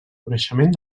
coneixement